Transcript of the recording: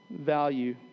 value